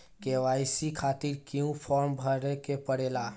KYC खातिर क्यूं form भरे के पड़ेला?